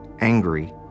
angry